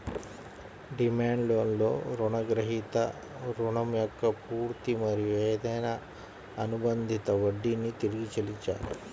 demand లోన్లో రుణగ్రహీత రుణం యొక్క పూర్తి మరియు ఏదైనా అనుబంధిత వడ్డీని తిరిగి చెల్లించాలి